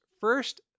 first